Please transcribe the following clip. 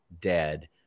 dead